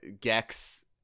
Gex